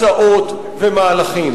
הצעות ומהלכים.